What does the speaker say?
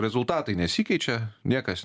rezultatai nesikeičia niekas